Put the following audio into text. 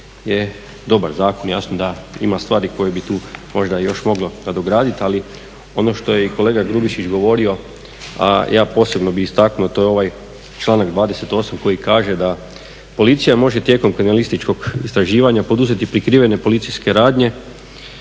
je dobar zakon, jasno da ima stvari koje bi tu možda moglo nadograditi ali ono što je kolega Grubišić govorio, a ja posebno bi istaknuo to je ovaj članak 28.koji kaže da policija može tijekom kriminalističkog istraživanje poduzeti prikrivene policijske radnje